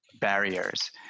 barriers